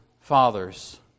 fathers